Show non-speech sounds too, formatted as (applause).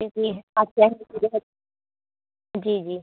جی جی (unintelligible) جی جی